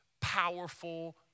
powerful